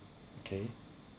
okay